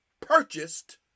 purchased